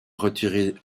retiré